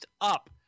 up